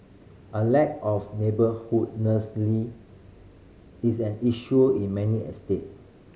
a lack of is an issue in many estate